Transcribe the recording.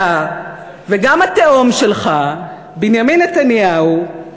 אתה, וגם התאום שלך, בנימין נתניהו,